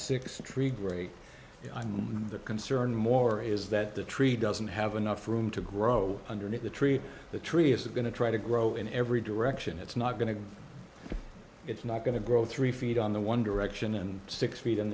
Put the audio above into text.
a tree great i'm concerned more is that the tree doesn't have enough room to grow underneath the tree the tree is going to try to grow in every direction it's not going to it's not going to grow three feet on the one direction and six feet in